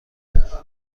بگم